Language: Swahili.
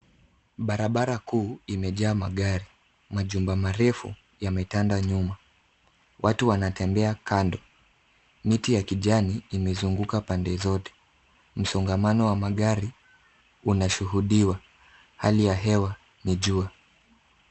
Barabara kuu imejaa magari, majumba marefu yametanda nyuma. Watu wanatembea kando, miti ya kijani imezunguka pande zote. Msongamano wa magari unashuhudiwa. Hali ya hewa ni jua.